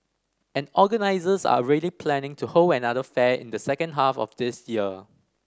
and organisers are ready planning to hold another fair in the second half of this year